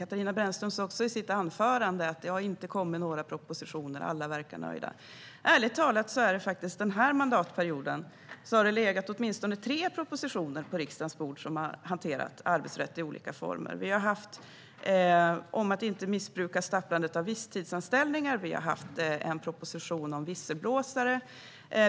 Katarina Brännström sa i sitt anförande att det inte har kommit några propositioner och att alla verkar nöjda. Ärligt talat är det den här mandatperioden som det har legat åtminstone tre propositioner på riksdagens bord som har hanterat arbetsrätt i olika former. Vi har haft en proposition om att inte missbruka staplande av visstidsanställningar. Vi har haft en proposition om visselblåsare.